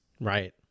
Right